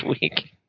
week